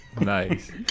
Nice